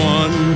one